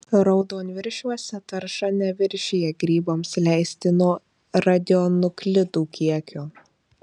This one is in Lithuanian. raudonviršiuose tarša neviršija grybams leistino radionuklidų kiekio